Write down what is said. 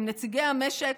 עם נציגי המשק,